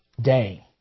day